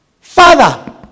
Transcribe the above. Father